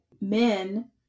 men